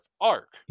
arc